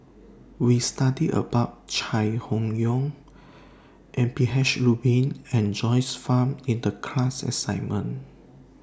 We studied about Chai Hon Yoong M P H Rubin and Joyce fan in The class assignment